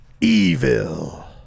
Evil